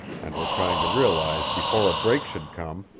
and were trying to realize before a break should come,